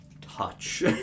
touch